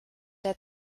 der